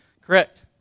Correct